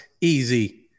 easy